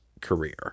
career